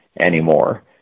anymore